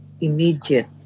immediate